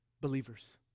believers